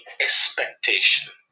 expectation